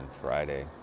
Friday